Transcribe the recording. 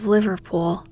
Liverpool